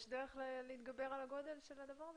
יש דרך להתגבר על הגודל של הדבר הזה?